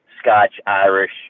Scotch-Irish